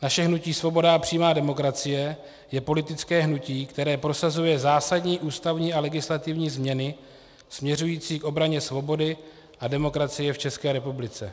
Naše hnutí Svoboda a přímá demokracie je politické hnutí, které prosazuje zásadní ústavní a legislativní změny směřující k obraně svobody a demokracie v České republice.